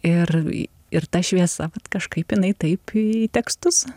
ir ir ta šviesa kažkaip jinai taip į tekstus